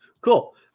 cool